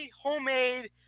homemade